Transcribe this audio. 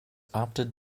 opted